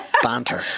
banter